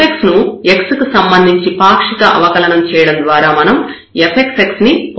fx ను x కి సంబంధించి పాక్షిక అవకలనం చేయడం ద్వారా మనం fxx ని పొందుతాము